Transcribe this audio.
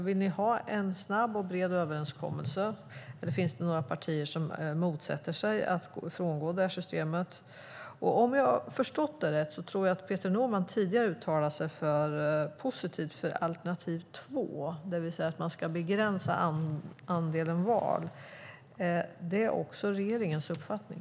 Vill ni ha en snabb och bred överenskommelse, eller finns det några partier som motsätter sig att frångå det här systemet? Om jag förstått det rätt har Peter Norman tidigare uttalat sig positivt för alternativ 2, att man ska begränsa andelen val. Är det också regeringens uppfattning?